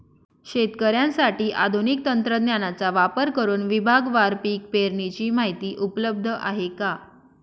शेतकऱ्यांसाठी आधुनिक तंत्रज्ञानाचा वापर करुन विभागवार पीक पेरणीची माहिती उपलब्ध आहे का?